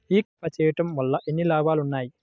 ఈ క్రాప చేయుట వల్ల ఎన్ని లాభాలు ఉన్నాయి?